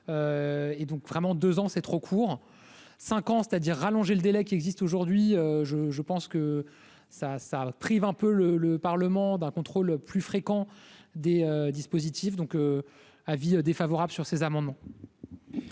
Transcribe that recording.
et donc vraiment 2 ans c'est trop court 5 ans c'est-à-dire rallonger le délai qui existe aujourd'hui, je, je pense que ça prive un peu le le Parlement d'un contrôle plus fréquents des dispositifs donc avis défavorable sur ces amendements.